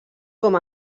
com